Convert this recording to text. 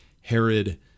Herod